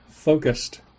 focused